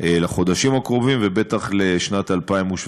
לחודשים הקרובים, ובטח לשנת 2017,